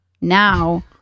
Now